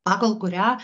pagal kurią